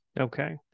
okay